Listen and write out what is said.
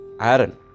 Aaron